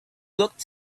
looked